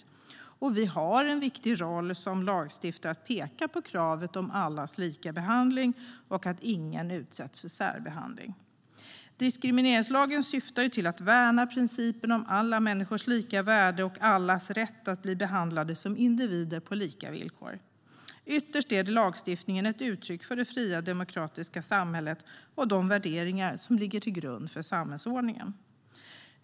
Vi som lagstiftare har en viktig roll att peka på kravet på allas likabehandling och att ingen ska utsättas för särbehandling. Diskrimineringslagen syftar till att värna principen om alla människors lika värde och allas rätt att bli behandlade som individer på lika villkor. Ytterst är lagstiftningen ett uttryck för det fria demokratiska samhället och de värderingar som ligger till grund för samhällsordningen.